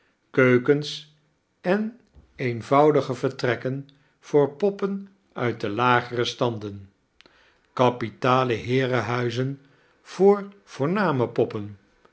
keukens en eeoivoudige vertrekken voor poppen uit de lagere standen kapitale heerenkerst vert ellingen huizen voor voorname poppen